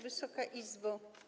Wysoka Izbo!